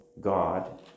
God